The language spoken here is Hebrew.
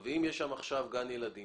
אם יש שם גן ילדים,